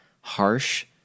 harsh